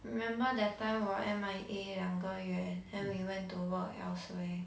remember that time 我 M_I_A 两个月 then we went to work elsewhere